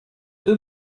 deux